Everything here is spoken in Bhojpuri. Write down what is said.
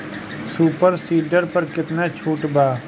सुपर सीडर पर केतना छूट बा?